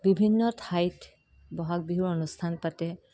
বিভিন্ন ঠাইত বহাগ বিহুৰ অনুষ্ঠান পাতে